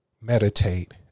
Meditate